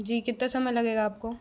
जी कितना समय लगेगा आपको